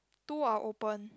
two are opened